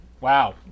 Wow